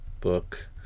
book